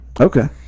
Okay